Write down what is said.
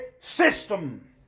system